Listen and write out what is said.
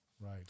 right